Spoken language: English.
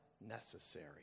necessary